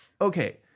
okay